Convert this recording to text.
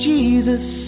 Jesus